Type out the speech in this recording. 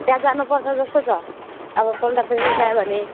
त्यहाँ जानुपर्छ जस्तो छ अब सोल्टा फेरि रिसायो भने